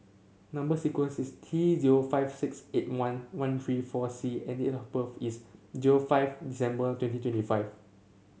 number sequence is T zero five six eight one one three four C and date of birth is zero five December twenty twenty five